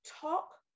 talk